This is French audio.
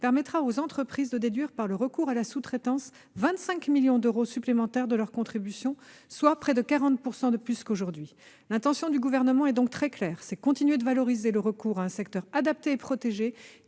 permettrait aux entreprises de déduire, par le recours à la sous-traitance, 25 millions d'euros supplémentaires de leur contribution, soit près de 40 % de plus qu'aujourd'hui. L'intention du Gouvernement est donc très claire : continuer de valoriser le recours à un secteur adapté et protégé,